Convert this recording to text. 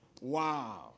Wow